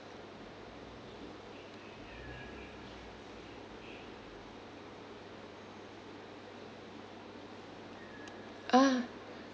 ah